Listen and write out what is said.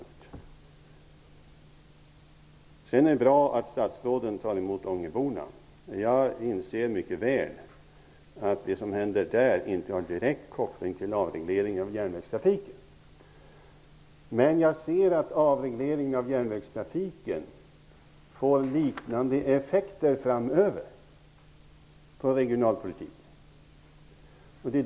Jag tycker att det är bra att statsråden tar emot Ångeborna. Jag inser mycket väl att det som händer där inte har någon direkt koppling till avreglering av järnvägstrafiken. Men jag ser att avregleringen av järnvägstrafiken får liknande effekter framöver på regionalpolitiken.